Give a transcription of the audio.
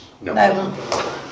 No